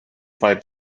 five